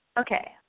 okay